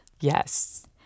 Yes